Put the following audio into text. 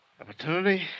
Opportunity